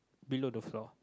below the floor